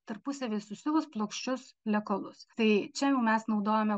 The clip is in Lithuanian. tarpusavyje susiuvus plokščius lekalus tai čia jau mes naudojame